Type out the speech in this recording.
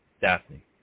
Daphne